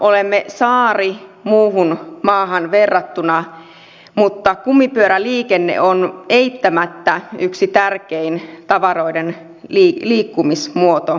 olemme saari muihin maihin verrattuna mutta kumipyöräliikenne on eittämättä yksi tärkein tavaroiden liikkumismuoto suomessa